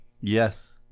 Yes